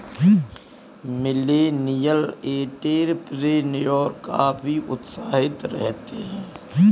millennial entrepreneur काफी उत्साहित रहते हैं